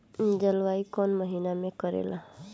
जलवायु कौन महीना में करेला?